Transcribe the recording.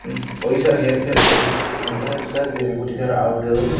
ପଇସାର ହେର୍ ଫେର୍ କରି ଇଣ୍ଟରନେଟ ସାହାଯ୍ୟରେ ଗୋଟେ ଜାଗାରୁ ଆଉ ଗୋଟେ ଜାଗାକୁ